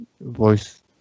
voice